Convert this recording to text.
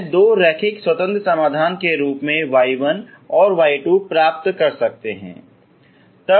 मैं दो रैखिक स्वतंत्र समाधान के रूप में y1 और y2 दोनों प्राप्त कर सकता हूँ